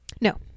No